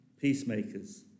peacemakers